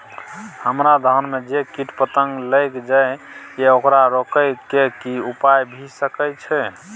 हमरा धान में जे कीट पतंग लैग जाय ये ओकरा रोके के कि उपाय भी सके छै?